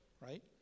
right